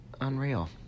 Unreal